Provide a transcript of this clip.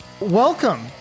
Welcome